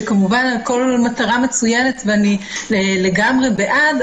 שכמובן כל המטרה מצוינת ואני לגמרי בעד,